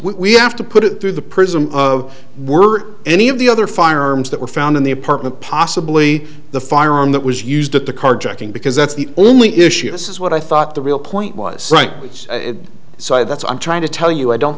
we have to put it through the prism of were any of the other firearms that were found in the apartment possibly the firearm that was used at the carjacking because that's the only issue this is what i thought the real point was right it's so i that's i'm trying to tell you i don't